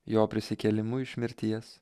jo prisikėlimu iš mirties